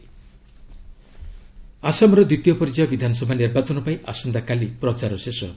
Assam campaign ଆସାମର ଦ୍ୱିତୀୟ ପର୍ଯ୍ୟାୟ ବିଧାନସଭା ନିର୍ବାଚନ ପାଇଁ ଆସନ୍ତାକାଲି ପ୍ରଚାର ଶେଷ ହେବ